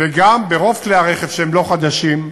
וגם ברוב כלי הרכב שהם לא חדשים,